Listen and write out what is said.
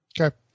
Okay